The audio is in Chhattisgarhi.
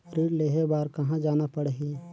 ऋण लेहे बार कहा जाना पड़ही?